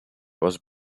was